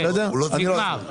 כן, נגמר.